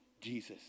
Jesus